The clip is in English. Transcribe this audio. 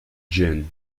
jin